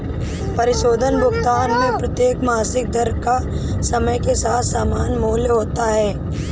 परिशोधन भुगतान में प्रत्येक मासिक दर का समय के साथ समान मूल्य होता है